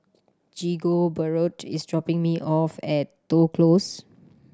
Rigoberto is dropping me off at Toh Close